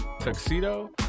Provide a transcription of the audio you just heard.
Tuxedo